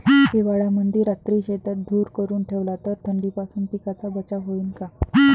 हिवाळ्यामंदी रात्री शेतात धुर करून ठेवला तर थंडीपासून पिकाचा बचाव होईन का?